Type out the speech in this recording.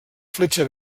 fletxa